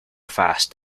fast